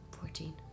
Fourteen